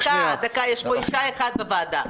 דקה, יש פה אישה אחת בוועדה.